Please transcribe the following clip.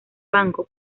banco